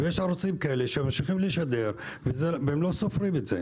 יש ערוצים כאלה שממשיכים לשדר והם לא סופרים את זה,